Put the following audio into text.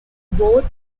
both